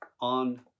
on